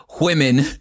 women